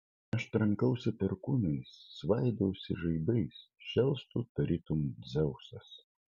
aš trankausi perkūnais svaidausi žaibais šėlstu tarytum dzeusas